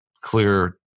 clear